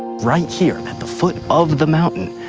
right here at the foot of the mountain,